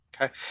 Okay